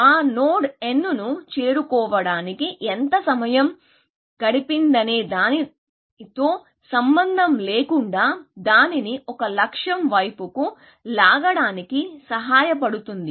ఆ నోడ్ nను చేరుకోవటానికి ఎంత సమయం గడిపిందనే దానితో సంబంధం లేకుండా దానిని ఒక లక్ష్యం వైపుకు లాగడానికి సహాయపడుతుంది